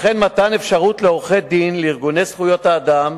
מאפשרים לעורכי-דין ולארגוני זכויות אדם